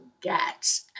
get